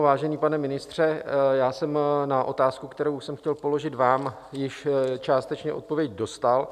Vážený pane ministře, já jsem na otázku, kterou jsem chtěl položit vám, již částečně odpověď dostal.